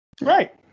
right